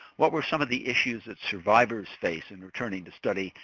what were some of the issues that survivors face in returning to study,